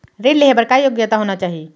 ऋण लेहे बर का योग्यता होना चाही?